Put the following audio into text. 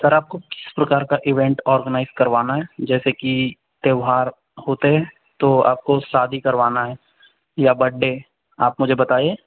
sir आपको किस प्रकार का ईवेंट ऑर्गनाइज़ करवाना है जैसे कि त्यौहार होते हैं तो आपको शादी करवाना है या बर्थडे आप मुझे बताइए